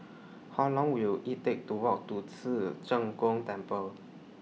How Long Will IT Take to Walk to Ci Zheng Gong Temple